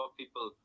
people